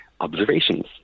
Observations